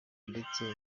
ndetse